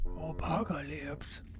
Apocalypse